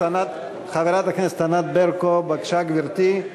חברת הכנסת ענת ברקו, בבקשה, גברתי.